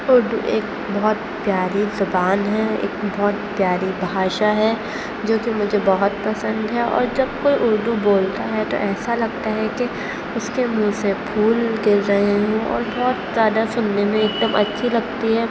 اردو ایک بہت پیاری زبان ہیں اک بہت پیاری بھاشا ہے جو کہ مجھے بہت پسند ہے اور جب کوئی اردو بولتا ہے تو ایسا لگتا ہے کہ اس کے منہ سے پھول گر رہے ہوں اور بہت زیادہ سننے میں ایک دم اچھی لگتی ہے